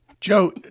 Joe